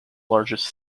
largest